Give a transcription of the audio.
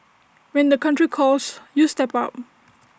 when the country calls you step up